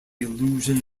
illusion